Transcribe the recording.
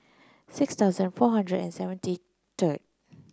six thousand four hundred and seventy three third